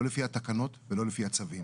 לא לפי התקנות ולא לפי הצווים.